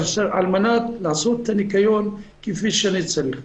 על מנת לעשות ניקיון כפי שאני צריך.